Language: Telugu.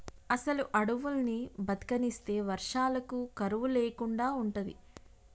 అసలు అడువుల్ని బతకనిస్తే వర్షాలకు కరువు లేకుండా ఉంటది